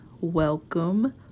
welcome